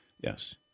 yes